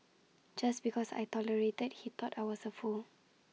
just because I tolerated he thought I was A fool